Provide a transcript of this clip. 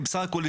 בסך-הכול,